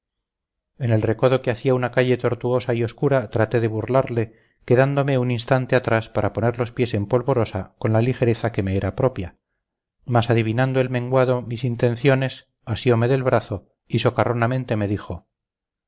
en el recodo que hacía una calle tortuosa y oscura traté de burlarle quedándome un instante atrás para poner los pies en polvorosa con la ligereza que me era propia mas adivinando el menguado mis intenciones asiome del brazo y socarronamente me dijo